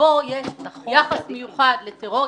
שבו יש יחס מיוחד לטרור.